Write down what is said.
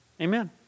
Amen